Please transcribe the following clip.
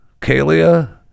Kalia